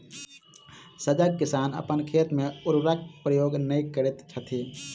सजग किसान अपन खेत मे उर्वरकक प्रयोग नै करैत छथि